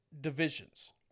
divisions